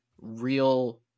real